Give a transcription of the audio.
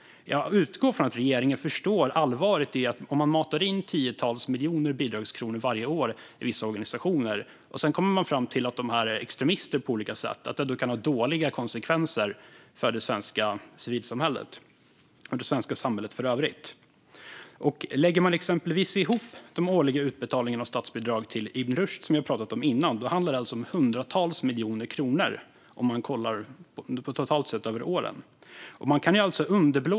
Jag utgår från att regeringen förstår allvaret i att mata in tiotals miljoner i bidragskronor varje år till vissa organisationer som man sedan kommer fram till är extremister på olika sätt och att det kan få dåliga konsekvenser för det svenska civilsamhället och det svenska samhället i övrigt. Lägger man exempelvis ihop de årliga utbetalningarna av statsbidrag till Ibn Rushd, som vi har pratat om tidigare, handlar det om hundratals miljoner kronor.